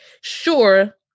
sure